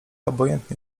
obojętny